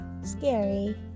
scary